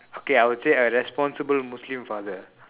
okay I will say a responsible Muslim father